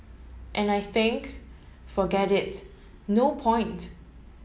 and I think forget it no point